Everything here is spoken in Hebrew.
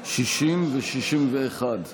חברות וחברי הכנסת,